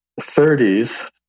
30s